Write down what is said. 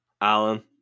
Alan